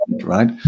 right